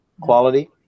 quality